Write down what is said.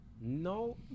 No